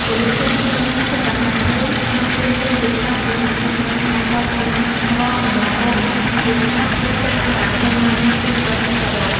ប៉ូលីសភូមិត្រូវមាន ភាពរហ័សរហួន និងត្រៀមខ្លួនជាស្រេច ជានិច្ចក្នុងការឆ្លើយតបទៅនឹងរាល់សំណូមពរ ការហៅទូរស័ព្ទ ឬការអន្តរាគមន៍ណាមួយពីប្រជាពលរដ្ឋ។